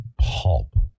pulp